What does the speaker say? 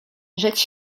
rzecz